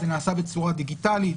זה נעשה בצורה דיגיטלית?